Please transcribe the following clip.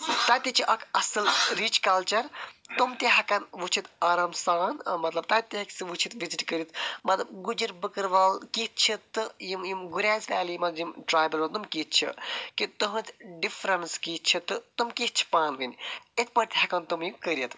تَتہِ چھُ اَکھ اصٕل رِچ کلچر تِم تہِ ہیٚکَن وُچھِتھ آرام سان ٲں مطلب تَتہِ تہِ ہیٚکہِ سُہ وُچھِتھ وِزِٹ کٔرِتھ مطلب گُجِرۍ بٔکٕروال کِتھۍ چھِ تہٕ یِم یِم گُریز ویلی منٛز یِم ٹرٛایبَل روزان تِم کِتھۍ چھِ کہِ تہنٛز ڈِفریٚنٕس کِتھۍ چھِ تہٕ تِم کِتھۍ چھِ پانہٕ وٲنۍ یِتھ پٲٹھۍ تہِ ہیٚکَن تِم یِم کٔرِتھ